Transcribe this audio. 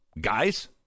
guys